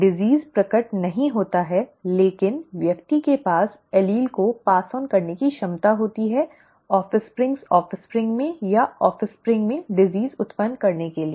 रोग प्रकट नहीं होता है लेकिन व्यक्ति के पास एलील को पास ऑन करने की क्षमता होती है offspring's offspring में या offspring में रोग उत्पन्न करने के लिए